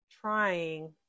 trying